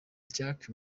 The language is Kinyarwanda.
jacques